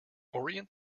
orient